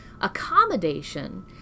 Accommodation